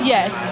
Yes